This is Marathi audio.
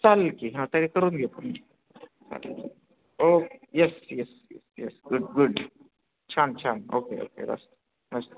चालेल की हां तरी करून घेऊ मग ओ yes yes yes good good छान छान ओके ओके रस्त रस्